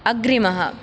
अग्रिमः